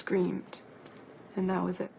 screamed and that was it